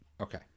Okay